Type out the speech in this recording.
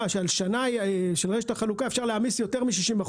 שעל רשת החלוקה אפשר להעמיס יותר מ-60%,